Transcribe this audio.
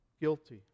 guilty